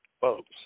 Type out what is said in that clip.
folks